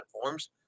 platforms